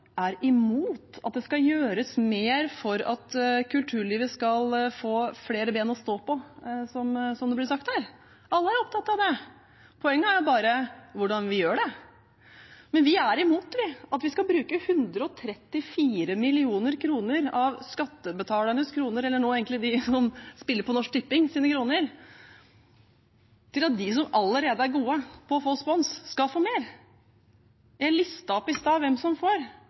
er imot at det skal gjøres mer for at kulturlivet skal få flere bein å stå på, som det blir sagt her. Alle er opptatt av det. Poenget er bare hvordan vi gjør det. Vi er imot å bruke 134 mill. kr av skattebetalernes penger – eller snarere kronene til dem som spiller hos Norsk Tipping – på at de som allerede er gode til å få sponsing, skal få mer. Jeg listet i sted opp hvem som får.